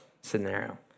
scenario